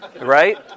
right